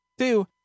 Two